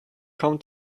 come